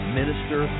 minister